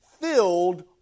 filled